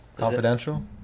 confidential